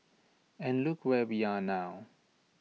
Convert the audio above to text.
and look where we are now